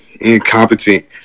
incompetent